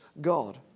God